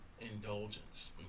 indulgence